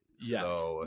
yes